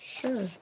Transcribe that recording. Sure